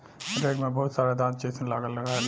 rake में बहुत सारा दांत जइसन लागल रहेला